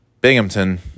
Binghamton